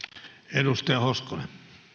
arvoisa puhemies